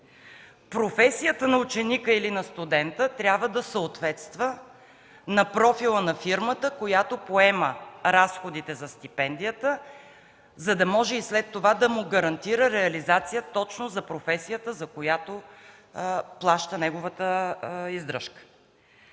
Професията на ученика или на студента трябва да съответства на профила на фирмата, която поема разходите за стипендията, за да може и след това да му гарантира реализация точно за професията, за която плаща неговата издръжка.